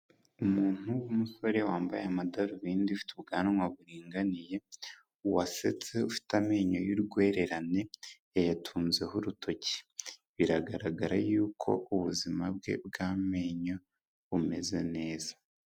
Umuntu w'umusore wambaye amadarubindi ufite ubwanwa buringaniye, wasetse ufite amenyo y'urwererane yayatunzeho urutoki, biragaragara yuko ubuzima bwe bw'amenyo bumeze neza.